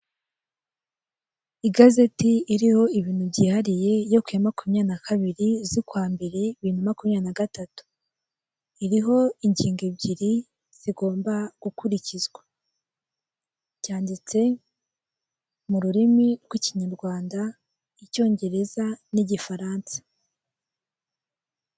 Igazeti iriho ibintu byihariye yo ku ya makunyabiri na kabiri z'ukwambere bibiri na makunyabiri na gatutu. Iriho ingingo ebyiri zigomba gukurikizwa. Byanditse mu rurimi rw'ikinyarwanda, icyongereza n'igifaransa.